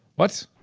what?